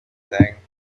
thing